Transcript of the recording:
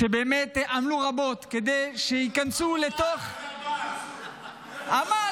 שבאמת עמלו רבות כדי שייכנסו לתוך --- איזה עמל?